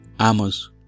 Amos